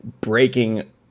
breaking